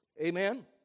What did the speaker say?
Amen